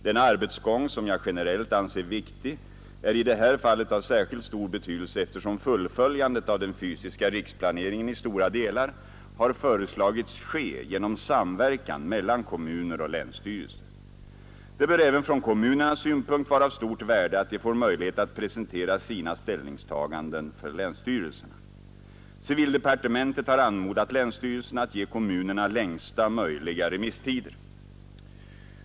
Denna arbetsgång, som jag generellt anser viktig, är i det här fallet av särskilt stor betydelse eftersom fullföljandet av den fysiska riksplaneringen i stora delar har föreslagits ske genom en samverkan mellan kommuner och länsstyrelse. Det bör även från kommunernas synpunkt vara av stort värde att de får möjlighet att presentera sina ställningstaganden för länsstyrelserna. Civildepartementet har anmodat länsstyrelserna att ge kommunerna längsta möjliga remisstider.